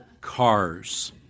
cars